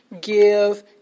give